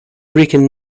rican